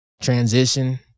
transition